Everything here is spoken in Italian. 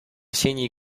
segni